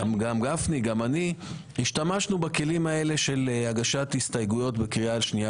גם גפני וגם אני - השתמשנו בכלים האלה של הגשת הסתייגויות בקריאה שנייה